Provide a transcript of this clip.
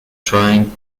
trying